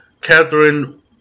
Catherine